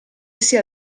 sia